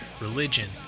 religion